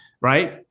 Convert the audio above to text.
Right